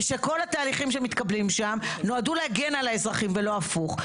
ושכל התהליכים שמתקבלים שם נועדו להגן על האזרחים ולא הפוך.